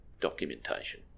documentation